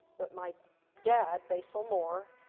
but my dad, basil moore,